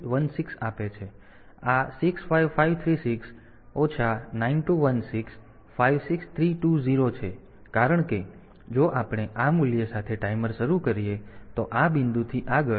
તેથી આ 65536 ઓછા 9216 56320 છે કારણ કે જો આપણે આ મૂલ્ય સાથે ટાઈમર શરૂ કરીએ તો આ બિંદુથી આગળ